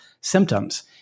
symptoms